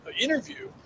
interview